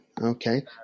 okay